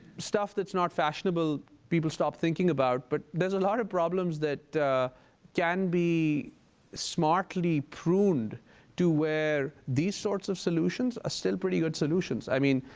stuff that's not fashionable people stop thinking about. but there's a lot of problems that can be smartly-pruned to where these sorts of solutions are still pretty good solutions. i mean,